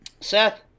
Seth